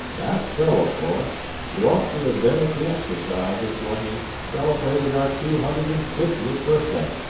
that's so, of course. you ought to have been at the exercises when we celebrated our two hundred and fiftieth birthday.